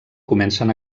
comencen